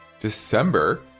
December